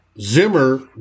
Zimmer